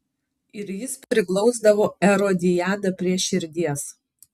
ir jis priglausdavo erodiadą prie širdies